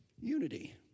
Unity